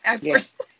Yes